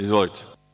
Izvolite.